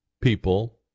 people